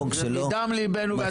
נבוא.